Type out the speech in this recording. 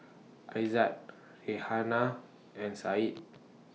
Aizat Raihana and Said